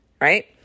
right